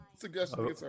Suggestion